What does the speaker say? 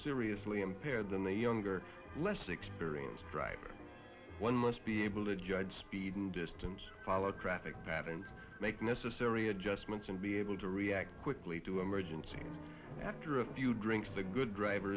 seriously impaired than a younger less experienced driver one must be able to judge speed and distance traffic patterns make necessary adjustments and be able to react quickly to emergencies after a few drinks the good driver